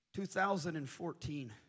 2014